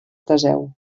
teseu